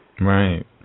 Right